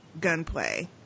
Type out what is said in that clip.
gunplay